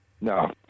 No